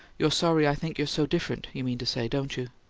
you're sorry i think you're so different, you mean to say, don't you?